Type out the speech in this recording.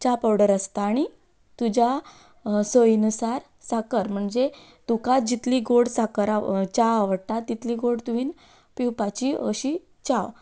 च्या पावडर आसता आनी तुज्या सईनुसार साकर म्हणजे तुका जितली गोड साकर च्या आवडटा तितली गोड तुवें पिवपाची अशी च्या